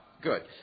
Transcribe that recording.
Good